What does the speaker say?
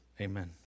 Amen